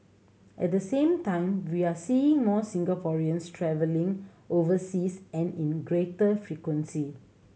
at the same time we are seeing more Singaporeans travelling overseas and in greater frequency